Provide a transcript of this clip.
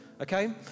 okay